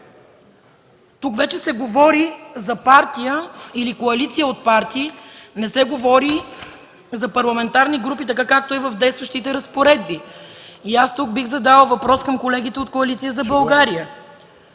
Вече се говори за партия или коалиция от партии, не се говори за политически групи, както е в действащите разпоредби. Бих задала въпрос към колегите от Коалиция за България: